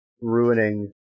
ruining